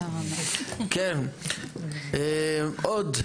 כן, עוד?